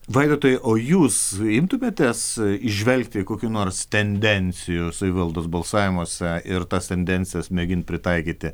vaidotai o jūs imtumėtės įžvelgti kokių nors tendencijų savivaldos balsavimuose ir tas tendencijas mėginti pritaikyti